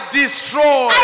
destroy